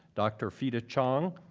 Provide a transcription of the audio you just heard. dr. fida chang,